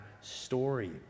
story